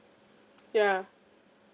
ya